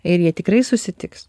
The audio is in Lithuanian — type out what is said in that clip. ir jie tikrai susitiks